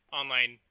online